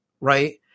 Right